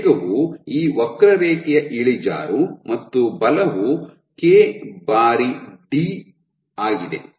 ವೇಗವು ಈ ವಕ್ರರೇಖೆಯ ಇಳಿಜಾರು ಮತ್ತು ಬಲವು ಕೆ ಬಾರಿ ಡಿ ಆಗಿದೆ